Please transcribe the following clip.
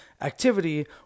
Activity